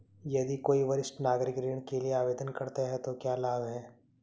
यदि कोई वरिष्ठ नागरिक ऋण के लिए आवेदन करता है तो क्या लाभ हैं?